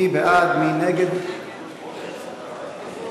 מוחמד ברכה,